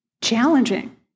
Challenging